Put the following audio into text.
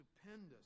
stupendous